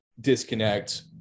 disconnect